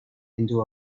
into